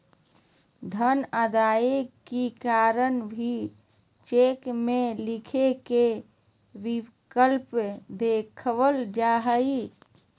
धन अदायगी के कारण भी चेक में लिखे के विकल्प देवल जा हइ